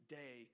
day